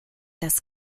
das